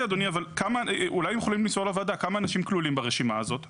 אולי יכולים למסור לוועדה כמה אנשים כלולים ברשימה הזאת היום,